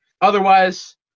Otherwise